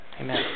Amen